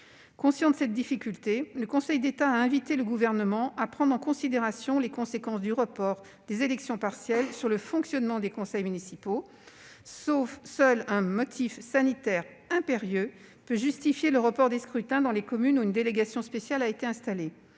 Conscient de cette difficulté, le Conseil d'État a invité le Gouvernement à prendre en considération les conséquences du report des élections partielles sur le fonctionnement des conseils municipaux ; seul un motif sanitaire « impérieux » peut justifier le report des scrutins dans les communes où une délégation spéciale a été installée.